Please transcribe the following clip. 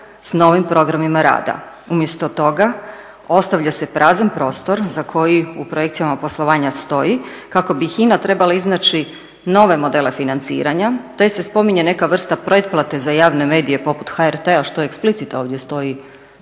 s novim programima rada, umjesto toga ostavlja se prazan prostor za koji u projekcijama poslovanja stoji kako bi HINA trebala iznaći nove modele financiranja te se spominje neka vrsta pretplate za javne medije poput HRT-a što … ovdje stoji